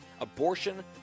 Abortion